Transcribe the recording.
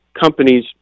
companies